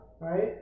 right